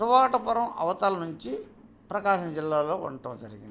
Stuart పురం అవతల నుంచి ప్రకాశం జిల్లాలో ఉండడం జరిగింది